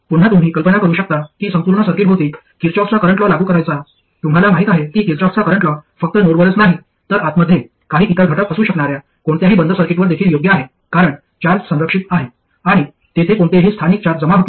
पुन्हा तुम्ही कल्पना करू शकता की संपूर्ण सर्किटभोवती किर्चहोफचा करंट लॉ लागू करायचा तुम्हाला माहिती आहे की किर्चहोफचा करंट लॉ फक्त नोडवरच नाही तर आतमध्ये काही इतर घटक असू शकणाऱ्या कोणत्याही बंद सर्किटवर देखील योग्य आहे कारण चार्ज संरक्षित आहे आणि तेथे कोणतेही स्थानिक चार्ज जमा होत नाही